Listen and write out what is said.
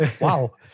Wow